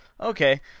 Okay